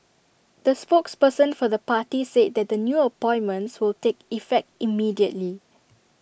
the spokesperson for the party said that the new appointments will take effect immediately